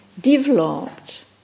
developed